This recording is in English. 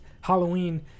Halloween